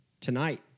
tonight